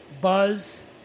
buzz